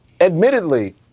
Admittedly